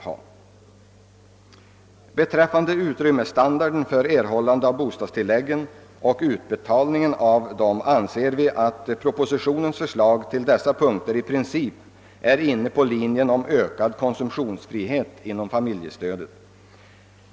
Vad beträffar utrymmesstandarden för erhållande av bostadstilläggen samt utbetalningen av dem anser vi att propositionens förslag i princip är inne på linjen om ökad konsumtionsfrihet inom familjestödet.